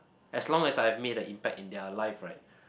as long as I have made an impact in their life right